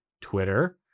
Twitter